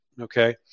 okay